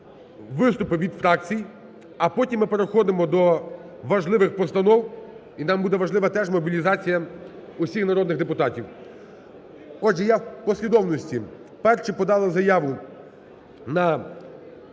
виступи від фракцій, а потім ми переходимо до важливих постанов, і нам буде важлива теж мобілізація всіх народних депутатів. Отже, я у послідовності: перші подали заяву на